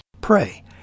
Pray